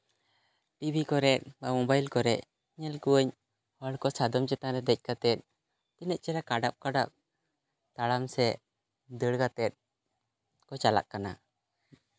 TV ᱠᱚᱨᱮᱜ ᱵᱟ mobile ᱠᱚᱨᱮ ᱧᱮᱞ ᱠᱚᱣᱟᱧ ᱦᱚᱲᱠᱚ ᱥᱟᱫᱚᱢ ᱪᱮᱛᱟᱱᱨᱮ ᱫᱮᱡ ᱠᱟᱛᱮ ᱛᱤᱱᱟᱹᱜ ᱪᱮᱦᱨᱟ ᱠᱟᱰᱟᱯ ᱠᱟᱰᱟᱯ ᱛᱟᱲᱟᱢ ᱥᱮ ᱫᱟᱹᱲ ᱠᱟᱛᱮ ᱠᱚ ᱪᱟᱞᱟᱜ ᱠᱟᱱᱟ